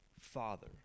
Father